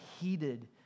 heated